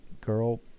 girl